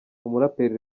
umuraperi